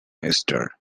easter